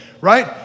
right